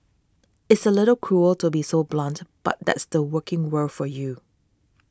it's a little cruel to be so blunt but that's the working world for you